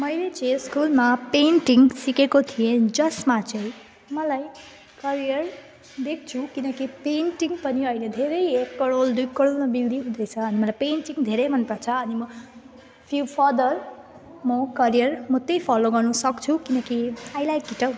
मैले चाहिँ स्कुलमा पेन्टिङ सिकेको थिए जसमा चाहिँ मलाई करियर देख्छु किनकि पेन्टिङ पनि अहिले धेरै एक करोड दुई करोडमा बिडिङ हुँदैछ अनि मलाई पेन्टिङ धेरै मनपर्छ अनि म फि फदर म करियर म त्यही फलो गर्नुसक्छु किनकि आई लाइक इट हौ